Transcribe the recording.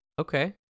Okay